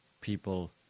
people